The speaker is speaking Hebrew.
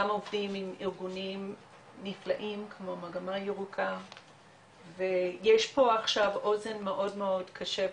עובדים עם ארגונים נפלאים כמו מגמה ירוקה ויש פה עכשיו אוזן מאוד קשבת.